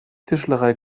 tischlerei